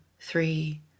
three